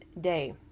day